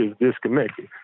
disconnected